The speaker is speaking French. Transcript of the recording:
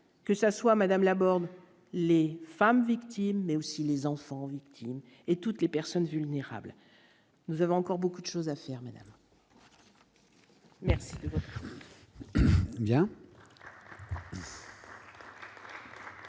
que ça soit Madame Laborde Les femmes victimes mais aussi les enfants victimes et toutes les personnes vulnérables, nous avons encore beaucoup d'chose affermir. Madame Nicole Belloubet